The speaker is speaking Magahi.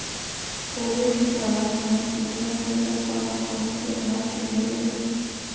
कोविड के कारण हमर पितिया के व्यापार में बहुते घाट्टी भेलइ